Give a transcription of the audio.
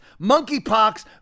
monkeypox